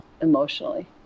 emotionally